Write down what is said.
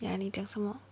ya 你讲什么